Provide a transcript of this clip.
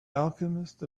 alchemist